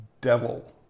devil